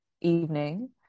evening